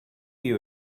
you